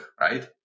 right